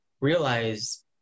realize